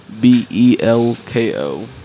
B-E-L-K-O